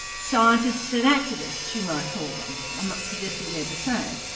scientists and activists, you might call them i'm not suggesting they're the same.